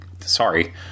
sorry